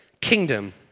kingdom